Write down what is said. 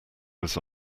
was